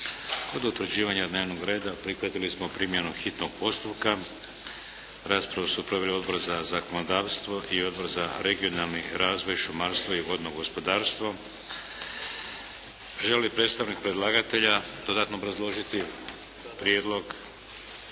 Kod utvrđivanja dnevnog reda prihvatili smo primjenu hitnog postupka. Raspravu su proveli Odbor za zakonodavstvo i Odbor za regionalni razvoj, šumarstvo i vodno gospodarstvo. Želi li predstavnik predlagatelja dodatno obrazložiti prijedlog?